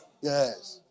Yes